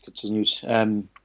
continues